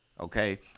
Okay